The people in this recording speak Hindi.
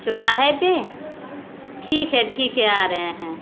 चौराहे पर ठीक है ठीक है आ रहे हैं